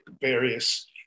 various